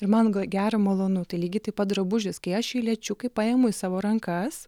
ir man gera malonu tai lygiai taip pat drabužis kai aš jį liečiu kai paimu į savo rankas